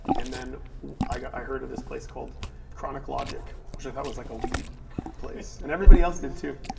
and then i heard of this placed called chronic logic, which i thought was like ah weed place, and everybody else did too.